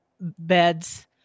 beds